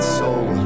soul